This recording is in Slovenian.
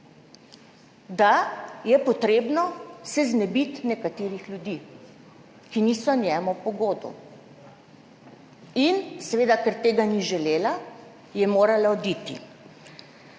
da je potrebno se znebiti nekaterih ljudi, ki niso njemu po godu. In seveda, ker tega ni želela, je morala oditi.